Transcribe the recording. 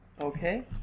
Okay